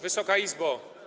Wysoka Izbo!